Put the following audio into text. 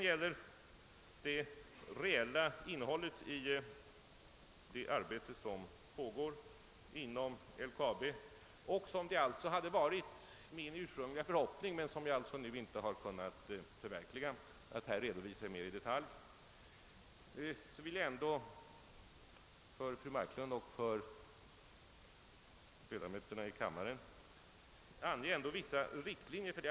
Beträffande det reella innehållet i det pågående arbetet inom LKAB — som det varit min ursprungliga förhoppning att i dag redovisa mera i detalj, vilken jag alltså inte kunnat förverkliga — vill jag ändå för fru Marklund och de övriga ledamöterna i kammaren ange vissa huvudprinciper.